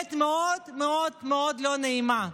האמת מאוד מאוד לא נעימה,